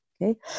Okay